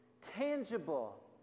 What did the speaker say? tangible